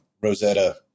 Rosetta